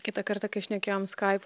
kitą kartą kai šnekėjom skype